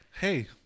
Hey